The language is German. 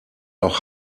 auch